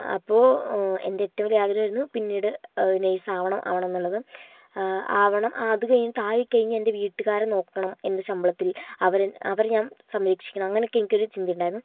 അപ്പോൾ എൻ്റെ ഏറ്റവും വലിയ ആഗ്രഹമായിരുന്നു പിന്നീട് നേഴ്സ് ആവണം ആവണം എന്നുള്ളത് ആവണം അത് കഴിഞ്ഞ് ആയി കഴിഞ്ഞ് എൻ്റെ വീട്ടുകാരെ നോക്കണം എൻ്റെ ശമ്പളത്തിൽ അവരെ അവരെ ഞാൻ സംരക്ഷിക്കണം അങ്ങനെയൊക്കെ എനിക്കൊരു ചിന്ത ഉണ്ടായിരുന്നു